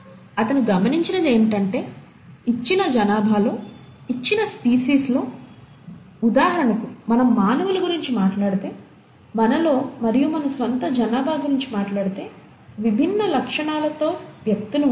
అతను గమనించినది ఏమిటంటే ఇచ్చిన జనాభాలో ఇచ్చిన స్పీసీస్ లో ఉదాహరణకు మనం మానవుల గురించి మాట్లాడితే మనలో మరియు మన స్వంత జనాభా గురించి మాట్లాడితే విభిన్న లక్షణాలతో వ్యక్తులు ఉంటారు